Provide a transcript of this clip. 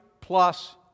plus